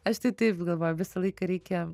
aš tai taip galvoju visą laiką reikia